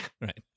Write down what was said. Right